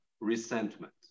resentment